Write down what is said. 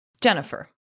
Jennifer